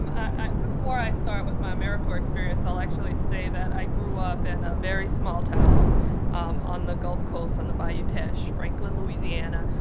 before i start with my americorps experience, i'll actually say that i grew up in a very small town um on the gulf coast on the bayou teche, franklin, louisiana,